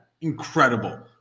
incredible